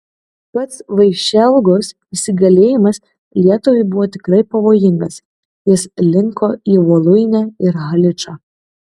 pats vaišelgos įsigalėjimas lietuvai buvo tikrai pavojingas jis linko į voluinę ir haličą